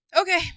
Okay